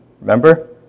Remember